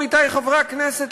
עמיתי חברי הכנסת,